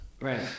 Right